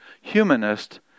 humanist